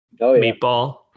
Meatball